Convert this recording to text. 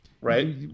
right